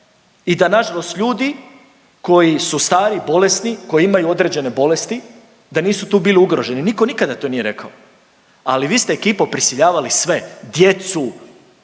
i da nažalost ljudi koji su stari i bolesni, koji imaju određene bolesti da nisu tu bili ugroženi, niko nikada to nije rekao, ali vi ste ekipo prisiljavali sve, djecu,